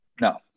No